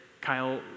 Kyle